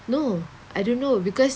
no I don't know because